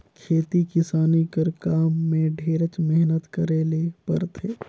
खेती किसानी कर काम में ढेरेच मेहनत करे ले परथे